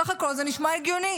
בסך הכול זה נשמע הגיוני.